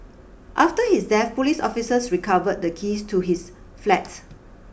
after his death police officers recovered the keys to his flat